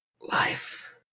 life